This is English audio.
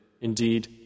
Indeed